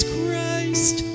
Christ